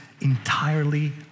entirely